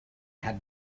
had